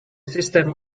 system